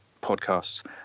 podcasts